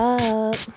up